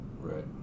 Right